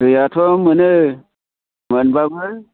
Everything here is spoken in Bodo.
दैयाथ' मोनो मोनबाबो